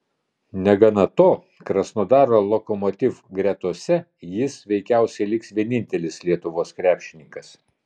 negana to krasnodaro lokomotiv gretose jis veikiausiai liks vienintelis lietuvos krepšininkas